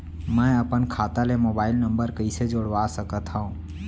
मैं अपन खाता ले मोबाइल नम्बर कइसे जोड़वा सकत हव?